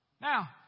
Now